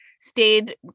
stayed